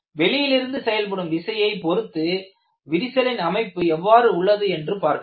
வெளியிலிருந்து செயல்படும் விசையை பொருத்து விரிசலின் அமைப்பு எவ்வாறு உள்ளது என்று பார்க்கலாம்